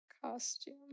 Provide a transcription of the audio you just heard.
costume